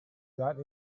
got